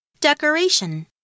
Decoration